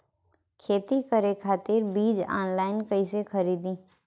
खेती करे खातिर बीज ऑनलाइन कइसे खरीदी?